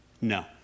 No